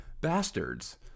bastards